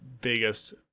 biggest